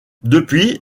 depuis